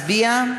נא להצביע.